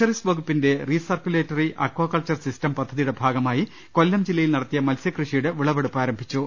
fisheries വകുപ്പിന്റെ recirculatory aquaculture system പദ്ധതിയുടെ ഭാഗമായി കൊല്ലം ജില്ലയിൽ നടത്തിയ മത്സ്യകൃഷിയുടെ വിളവെടുപ്പ് ആരംഭിച്ചു